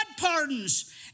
pardons